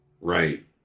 right